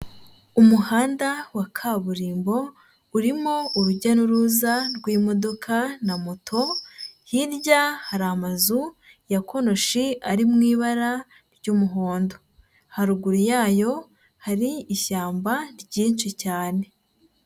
Umuhanda wa kaburimbo urimo urujya n'uruza rw'imodoka na moto, hirya hari amazu ya konoshi ari mu ibara ry'umuhondo. Haruguru yayo hari ishyamba ryinshi cyane.